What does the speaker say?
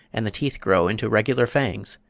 and the teeth grow into regular fangs,